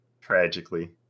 Tragically